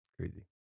crazy